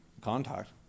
contact